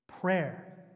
Prayer